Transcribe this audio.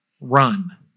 run